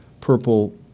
purple